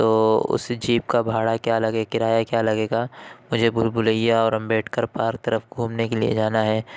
تو اس جیپ کا بھاڑا کیا لگے گا کرایہ کیا لگے گا مجھے بھول بھلیاں اور امبیڈکر پارک کی طرف گھومنے کے لیے جانا ہے